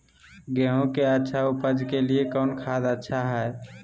गेंहू के अच्छा ऊपज के लिए कौन खाद अच्छा हाय?